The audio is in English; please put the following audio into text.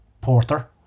Porter